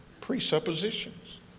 presuppositions